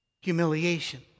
humiliation